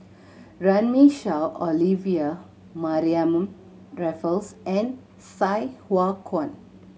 Runme Shaw Olivia Mariamne Raffles and Sai Hua Kuan